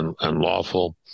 unlawful